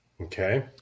okay